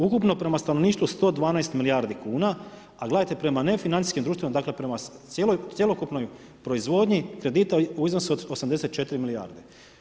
Ukupno prema stanovništvu 112 milijardi kuna, a gledajte prema nefinancijskim društvima, prema cjelokupnoj proizvodnji kredita u iznosu od 84 milijarde.